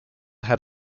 had